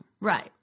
right